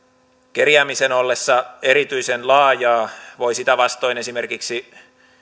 kerjäämisen ollessa erityisen laajaa voi sitä vastoin esimerkiksi